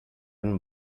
and